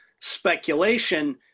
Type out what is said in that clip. speculation